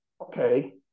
okay